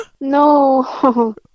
No